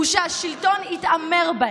שהשלטון יתעמר בהם.